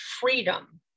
freedom